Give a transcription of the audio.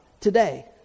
today